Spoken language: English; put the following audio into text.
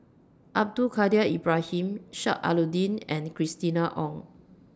Abdul Kadir Ibrahim Sheik Alau'ddin and Christina Ong